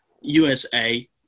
USA